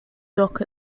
dock